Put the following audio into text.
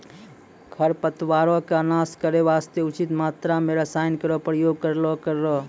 खरपतवारो क नाश करै वास्ते उचित मात्रा म रसायन केरो प्रयोग करलो करो